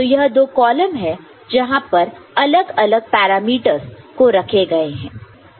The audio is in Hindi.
तो यह दो कॉलम है जहां पर यह अलग अलग पैरामीटर्स को रखे गए हैं